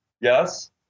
yes